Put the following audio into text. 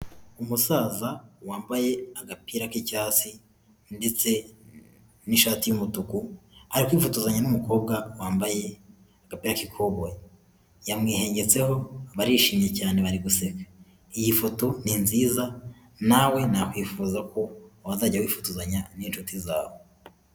Umusaza wambaye agapira k'icyatsi ndetse n'ishati y'umutuku ari kwifotozanya n'umukobwa wambaye agapira k'ikoboyi, yamwingetseho barishimye cyane bari guseka, iyi foto ni nziza nawe nakwifuza ko wazajya wifotozanya n'inshuti zawe.